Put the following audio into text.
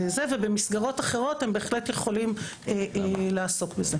ובמסגרות אחרות הם בהחלט יכולים לעסוק בזה.